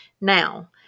Now